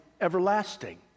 everlasting